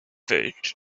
fish